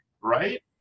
Right